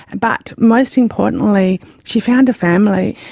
and but most importantly she found a family,